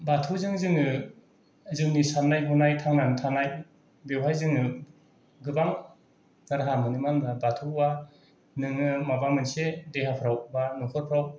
बाथौ जों जोङो जोंनि साननाय हनाय थांनानै थानाय बेवहाय जोङो गोबां राहा मोनो मा होनबा बाथौवा नोङो माबा मोनसे देहाफ्राव बा नखराव